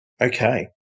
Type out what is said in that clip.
Okay